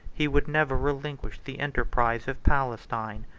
he would never relinquish the enterprise of palestine.